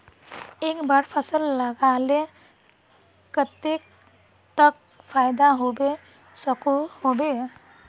एक बार फसल लगाले कतेक तक फायदा होबे सकोहो होबे?